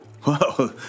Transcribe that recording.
Whoa